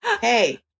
hey